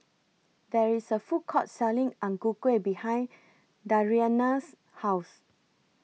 There IS A Food Court Selling Ang Ku Kueh behind Dariana's House